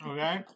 Okay